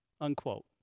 Unquote